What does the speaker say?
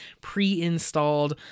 pre-installed